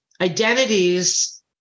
identities